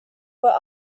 were